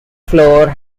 floor